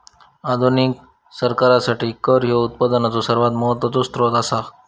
आधुनिक सरकारासाठी कर ह्यो उत्पनाचो सर्वात महत्वाचो सोत्र असा